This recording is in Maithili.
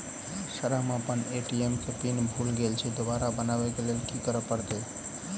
सर हम अप्पन ए.टी.एम केँ पिन भूल गेल छी दोबारा बनाब लैल की करऽ परतै?